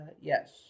Yes